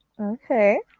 Okay